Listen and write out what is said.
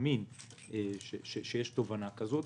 מאמין שיש תובנה כזאת.